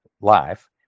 life